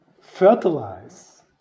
fertilize